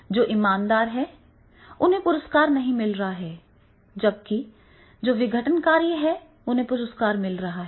जो ईमानदार हैं उन्हें पुरस्कार नहीं मिल रहा है जबकि जो विघटनकारी हैं उन्हें पुरस्कार मिल रहा है